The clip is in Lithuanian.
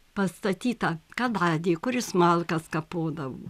pastatyta kaladė kur jis malkas kapodavo